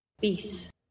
peace